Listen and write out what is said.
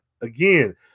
Again